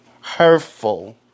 hurtful